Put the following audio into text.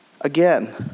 Again